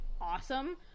awesome